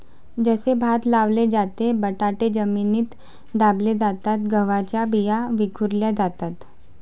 जसे भात लावले जाते, बटाटे जमिनीत दाबले जातात, गव्हाच्या बिया विखुरल्या जातात